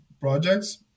projects